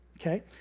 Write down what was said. okay